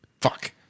Fuck